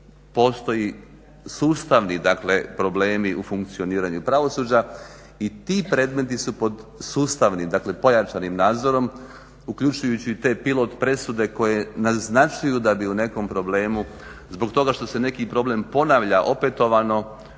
postoje sustavni problemi u funkcioniranju pravosuđa. I ti predmeti pod sustavnim dakle pojačanim nadzorom, uključujući te pilot presude koje naznačuju da bi u nekom problemu zbog toga što se neki problem ponavlja opetovano,